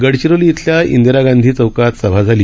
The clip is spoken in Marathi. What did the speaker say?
गडचिरोलीइथल्याइंदिरागांधीचौकातसभाझाली